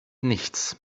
nichts